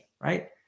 right